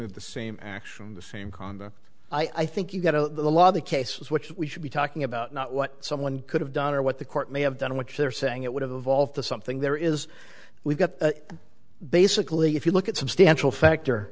if the same action the same conduct i think you've got a lot of the cases which we should be talking about not what someone could have done or what the court may have done which they're saying it would have evolved to something there is we've got basically if you look at substantial factor